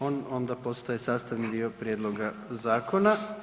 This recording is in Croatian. On onda postaje sastavni dio prijedloga zakona.